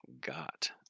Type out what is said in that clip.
got